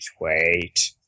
wait